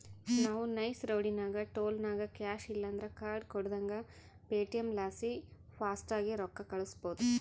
ನಾವು ನೈಸ್ ರೋಡಿನಾಗ ಟೋಲ್ನಾಗ ಕ್ಯಾಶ್ ಇಲ್ಲಂದ್ರ ಕಾರ್ಡ್ ಕೊಡುದಂಗ ಪೇಟಿಎಂ ಲಾಸಿ ಫಾಸ್ಟಾಗ್ಗೆ ರೊಕ್ಕ ಕಳ್ಸ್ಬಹುದು